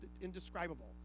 indescribable